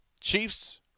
Chiefs